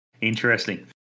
Interesting